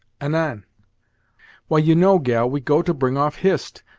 anan why you know, gal, we go to bring off hist,